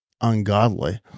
ungodly